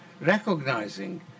Recognizing